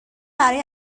برای